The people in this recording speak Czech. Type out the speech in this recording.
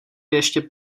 ještě